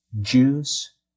Jews